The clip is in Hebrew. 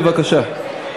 בבקשה.